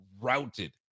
routed